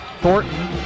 Thornton